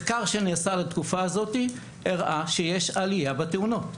מחקר שנעשה לתקופה הזאת, הראה שיש עלייה בתאונות.